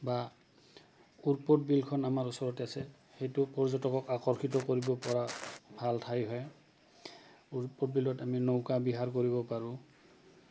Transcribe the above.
বা বিলখন আমাৰ ওচতে আছে সেইটো পৰ্যটক আকৰ্ষিত কৰিব পৰা ভাল ঠাই হয় বিলত আমি নৌকা বিহাৰ কৰিব পাৰোঁ